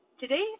Today